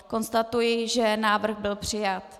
Konstatuji, že návrh byl přijat.